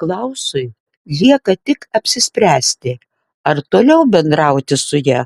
klausui lieka tik apsispręsti ar toliau bendrauti su ja